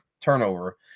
turnover